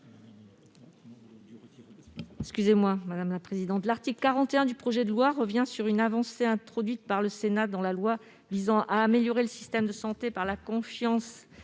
à Mme Florence Lassarade. L'article 41 du projet de loi revient sur une avancée introduite par le Sénat dans la loi visant à améliorer le système de santé par la confiance